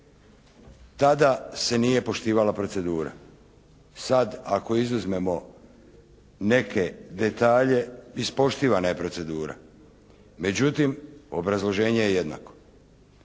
Tada se nije poštivala procedura. Sad ako izuzmemo neke detalje, ispoštivana je procedura. Međutim, obrazloženje je jednako.